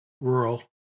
rural